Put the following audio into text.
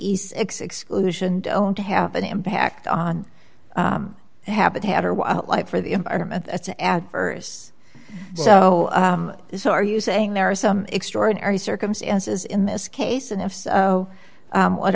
exclusion don't have an impact on habitat or wildlife or the environment that's adverse so this are you saying there are some extraordinary circumstances in this case and if so what